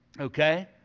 Okay